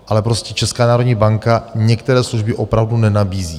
Ale prostě Česká národní banka některé služby opravdu nenabízí.